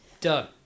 Done